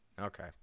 Okay